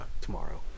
tomorrow